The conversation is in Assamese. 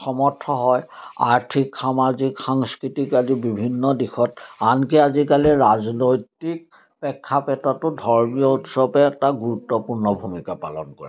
সমৰ্থ হয় আৰ্থিক সামাজিক সাংস্কৃতিক আদি বিভিন্ন দিশত আনকি আজিকালি ৰাজনৈতিক প্ৰেক্ষাপটটো ধৰ্মীয় উৎসৱে এটা গুৰুত্বপূৰ্ণ ভূমিকা পালন কৰে